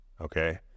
okay